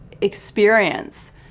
Experience